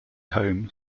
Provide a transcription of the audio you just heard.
home